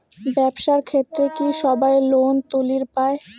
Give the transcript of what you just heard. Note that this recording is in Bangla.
ব্যবসার ক্ষেত্রে কি সবায় লোন তুলির পায়?